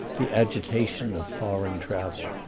the agitation of foreign travel.